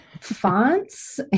fonts